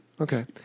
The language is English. Okay